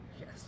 Yes